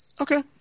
Okay